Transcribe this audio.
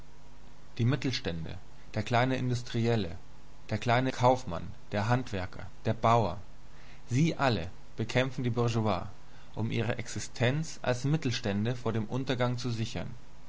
die mittelstände der kleine industrielle der kleine kaufmann der handwerker der bauer sie alle bekämpfen die bourgeoisie um ihre existenz als mittelstände vor dem untergang zu sichern